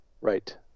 Right